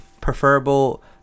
preferable